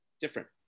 different